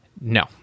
no